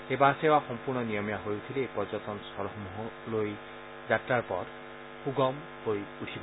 এই বাছসেৱা সম্পূৰ্ণ নিয়মীয়া হৈ উঠিলে এই পৰ্যটন স্থলসমূহলৈ যাত্ৰাৰ পথ সুগম হৈ উঠিব